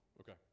Okay